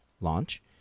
Launch